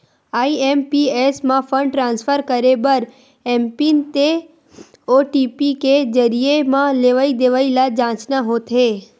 IMPS म fund transfer करे बर एमपिन ते ओ.टी.पी के जरिए म लेवइ देवइ ल जांचना होथे